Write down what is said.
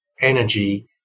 energy